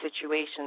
situations